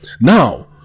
Now